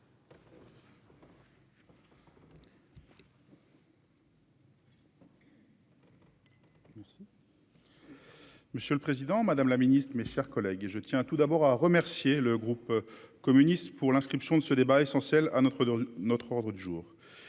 Monsieur le Président, Madame la Ministre, mes chers collègues, et je tiens tout d'abord à remercier le groupe communiste pour l'inscription de ce débat essentiel à notre de notre